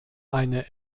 eine